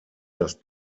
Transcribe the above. das